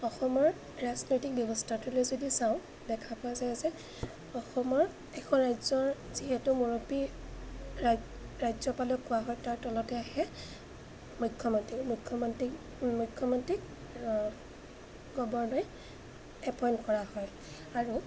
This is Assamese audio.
অসমৰ ৰাজনৈতিক ব্যৱস্থাটোলৈ যদি চাওঁ দেখা পোৱা যায় যে অসমৰ এখন ৰাজ্যৰ যিহেতু মূৰব্বী ৰাজ্যপালক কোৱা হয় তাৰ তলতে আহে মুখ্যমন্ত্ৰী মুখ্যমন্ত্ৰীক মুখ্যমন্ত্ৰীক গৱৰ্ণই এপইণ্ট কৰা হয় আৰু